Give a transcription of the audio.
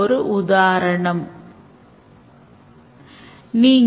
இப்போது ஒரு உதாரணத்தைப் பார்ப்போம்